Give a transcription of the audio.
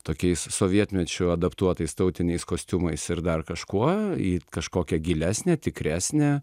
tokiais sovietmečiu adaptuotais tautiniais kostiumais ir dar kažkuo į kažkokią gilesnę tikresnę